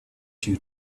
two